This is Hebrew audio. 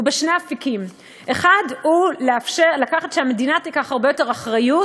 הוא בשני אפיקים: האחד הוא שהמדינה תיקח הרבה יותר אחריות,